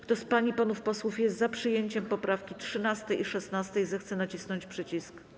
Kto z pań i panów posłów jest za przyjęciem poprawek 13. i 16., zechce nacisnąć przycisk.